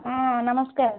ହଁ ନମସ୍କାର